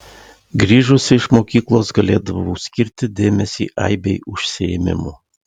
grįžusi iš mokyklos galėdavau skirti dėmesį aibei užsiėmimų